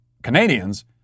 Canadians